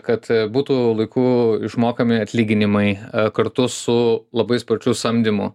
kad būtų laiku išmokami atlyginimai kartu su labai sparčiu samdymu